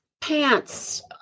pants